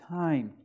time